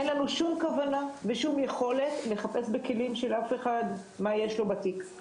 אין לנו שום כוונה ושום יכולת לחפש בכלים של אף אחד מה יש לו בתיק.